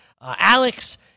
Alex